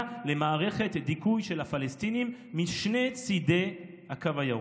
למערכת דיכוי של הפלסטינים משני צידי הקו הירוק.